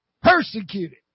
Persecuted